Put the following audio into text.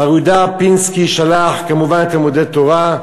מר יהודה פינסקי שלח כמובן לתלמודי-תורה,